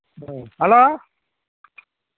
hello